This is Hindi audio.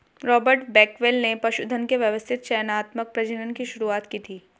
रॉबर्ट बेकवेल ने पशुधन के व्यवस्थित चयनात्मक प्रजनन की शुरुआत की थी